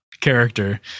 character